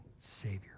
Savior